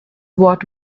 what